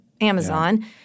Amazon